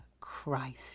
Christ